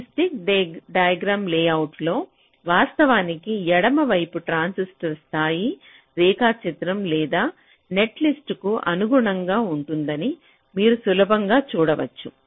కాబట్టి ఈ stick diagram లేఅవుట్లో వాస్తవానికి ఎడమ వైపున ట్రాన్సిస్టర్ స్థాయి రేఖాచిత్రం లేదా నెట్లిస్ట్కు అనుగుణంగా ఉంటుందని మీరు సులభంగా చూడవచ్చు